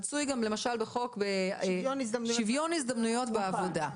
מצוי למשל בחוק שוויון הזדמנויות בעבודה.